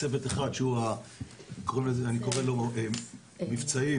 צוות אחד שאני קורא לו מבצעי,